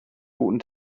guten